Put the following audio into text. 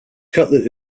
cutlet